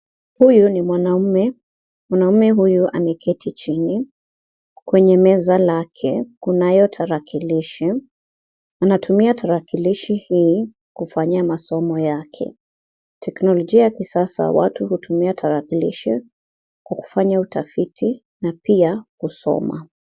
Huyu ni mwanaume, mwanaume huyu ameketi chini kwenye meza lake kunayo tarakilishi, anatumia tarakilishi hii kufanyia masomo yake. Teknolojia ya kisasa watu hutumia tarakalishi kwa kufanya utafiti na pia kusoma.